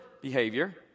behavior